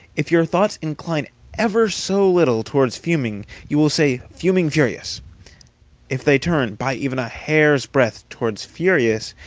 if your thoughts incline ever so little towards fuming, you will say fuming-furious if they turn, by even a hair's breadth, towards furious,